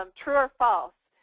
um true or false,